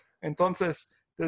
Entonces